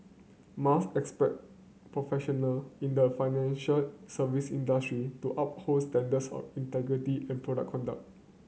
Mas expect professional in the financial service industry to uphold standards of integrity and proper conduct